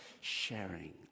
sharing